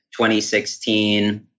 2016